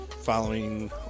Following